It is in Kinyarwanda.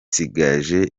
nsigaje